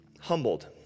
humbled